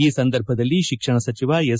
ಈ ಸಂದರ್ಭದಲ್ಲಿ ಶಿಕ್ಷಣ ಸಚಿವ ಎಸ್